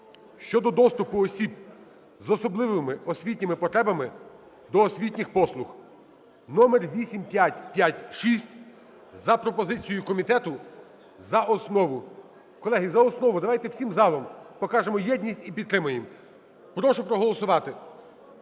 щодо доступу осіб з особливими освітніми потребами до освітніх послуг (№ 8556) за пропозицією комітету за основу. Колеги, за основу. Давайте всім залом покажемо єдність і підтримаємо. Прошу проголосувати.